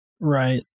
Right